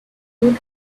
red